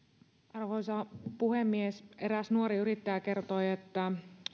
arvoisa puhemies eräs nuori yrittäjä kertoi että